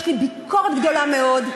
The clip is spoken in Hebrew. יש לי ביקורת גדולה מאוד,